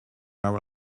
are